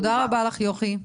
תודה רבה לך, יוכי.